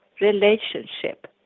relationship